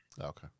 Okay